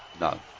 No